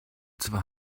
zwar